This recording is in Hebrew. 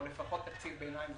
או לפחות תקציב ביניים.